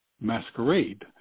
masquerade